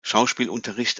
schauspielunterricht